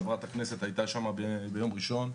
חברת הכנסת שפק הייתה שם ביום ראשון.